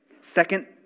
Second